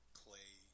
clay